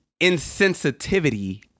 insensitivity